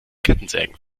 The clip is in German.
kettensägen